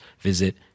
visit